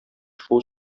шул